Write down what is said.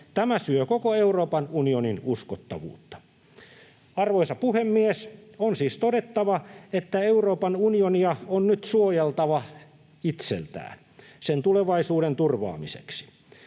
Tämä syö koko Euroopan unionin uskottavuutta. Arvoisa puhemies! On siis todettava, että Euroopan unionia on nyt suojeltava itseltään sen tulevaisuuden turvaamiseksi.